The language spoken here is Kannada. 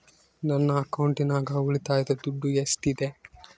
ನನ್ನ ಅಕೌಂಟಿನಾಗ ಉಳಿತಾಯದ ದುಡ್ಡು ಎಷ್ಟಿದೆ?